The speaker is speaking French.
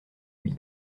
lui